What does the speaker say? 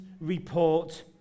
report